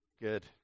Good